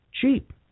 cheap